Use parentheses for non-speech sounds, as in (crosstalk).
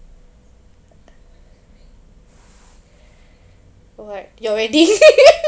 what your wedding (laughs)